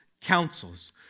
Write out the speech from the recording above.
councils